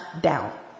down